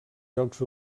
jocs